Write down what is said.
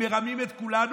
מרמים את כולנו,